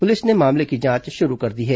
police ने इस मामले में जांच शुरू कर दी है